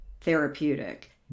therapeutic